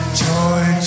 joy